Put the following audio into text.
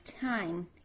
time